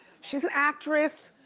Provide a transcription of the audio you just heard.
she's an actress,